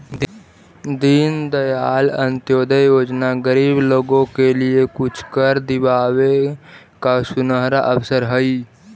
दीनदयाल अंत्योदय योजना गरीब लोगों के लिए कुछ कर दिखावे का सुनहरा अवसर हई